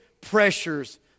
pressures